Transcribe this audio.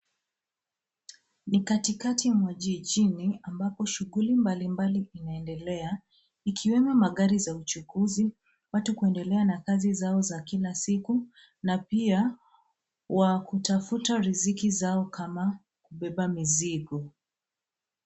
Ni katikati mwa jijini ambako shughuli mbali mbali inaendelea, ikiwemo magari za uchukuzi, watu kuendelea na kazi zao za kila siku, na pia wakutafuta riziki zao kama kubeba mizigo.